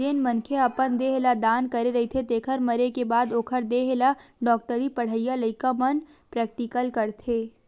जेन मनखे ह अपन देह ल दान करे रहिथे तेखर मरे के बाद ओखर देहे ल डॉक्टरी पड़हइया लइका मन प्रेक्टिकल करथे